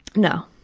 no.